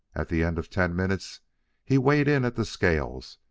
at the end of ten minutes he weighed in at the scales,